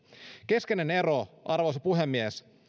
keskeinen ero arvoisa puhemies